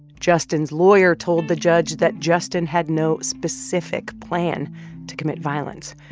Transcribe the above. justin's lawyer told the judge that justin had no specific plan to commit violence.